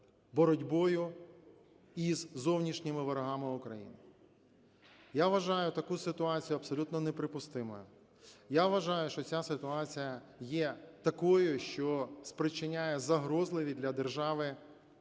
боротьбою із зовнішніми ворогами України. Я вважаю таку ситуацію абсолютно неприпустимою. Я вважаю, що ця ситуація є такою, що спричиняє загрозливі для держави,